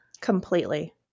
Completely